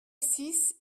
six